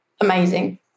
amazing